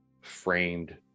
framed